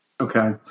Okay